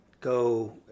go